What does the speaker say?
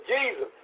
Jesus